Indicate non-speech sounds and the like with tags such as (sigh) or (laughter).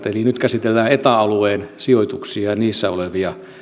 (unintelligible) eli nyt käsitellään eta alueen sijoituksia ja niissä olevia